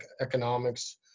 economics